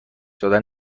دادن